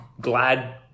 glad